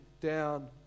down